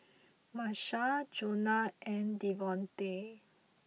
Marsha Jonah and Devontae